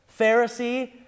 Pharisee